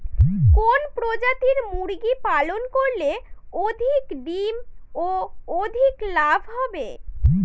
কোন প্রজাতির মুরগি পালন করলে অধিক ডিম ও অধিক লাভ হবে?